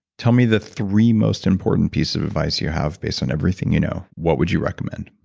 tell me the three most important piece of advice you have based on everything you know. what would you recommend?